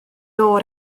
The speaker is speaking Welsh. oer